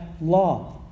law